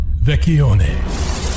Vecchione